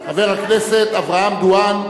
חבר הכנסת אברהם דואן,